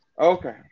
Okay